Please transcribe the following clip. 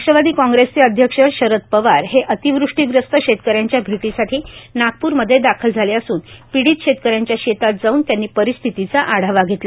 राष्ट्रवादी काँग्रेसचे सर्वोसर्वा शरद पवार हे विदर्भातील अतिवृष्टीग्रस्त शेतकऱ्यांच्या भेटीसाठी नागप्रमध्ये दाखल झाले असून पीडित शेतकऱ्यांच्या शेतात जाऊन त्यांनी परिस्थितीचा आढावा घेतला